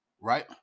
Right